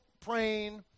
praying